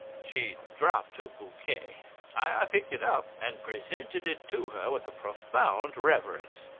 she dropped her bouquet i picked it up, and presented it to her with a profound reverence.